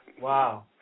Wow